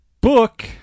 book